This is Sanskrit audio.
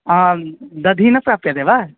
आं दधिः न प्राप्यते वा